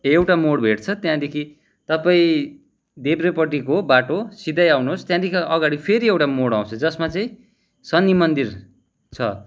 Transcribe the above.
एउटा मोड भेट्छ त्यहाँदेखि तपाईँ देब्रेपट्टिको बाटो सिधै आउनुहोस् त्यहाँदेखि अगाडि फेरि एउटा मोड आउँछ जसमा चाहिँ शनि मन्दिर छ